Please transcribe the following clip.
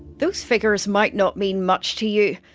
those figures might not mean much to you,